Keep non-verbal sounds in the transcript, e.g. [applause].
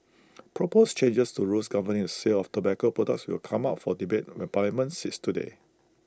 [noise] proposed changes to rules governing the sale of tobacco products will come up for debate when parliament sits today